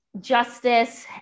justice